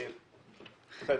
בסדר.